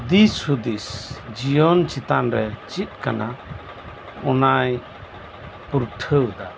ᱫᱤᱥ ᱦᱩᱫᱤᱥ ᱡᱤᱭᱚᱱ ᱪᱮᱛᱟᱱ ᱨᱮ ᱪᱤᱫ ᱠᱟᱱᱟ ᱚᱱᱟᱭ ᱯᱩᱨᱴᱷᱟᱹᱣ ᱮᱫᱟ